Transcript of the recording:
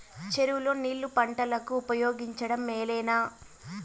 చెరువు లో నీళ్లు పంటలకు ఉపయోగించడం మేలేనా?